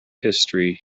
history